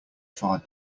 far